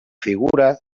figura